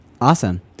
Awesome